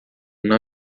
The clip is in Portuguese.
não